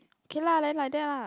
okay lah then like that lah